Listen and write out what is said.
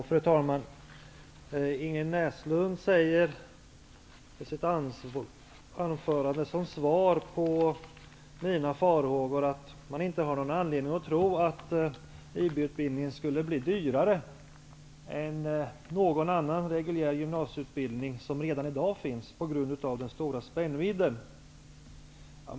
Fru talman! Ingrid Näslund säger i sitt anförande, som svar på mina farhågor, att man inte har någon anledning att tro att IB-utbildningen skulle bli dyrare än någon annan reguljär redan i dag befintlig gymnasieutbildning på grund av den stora spännvidden.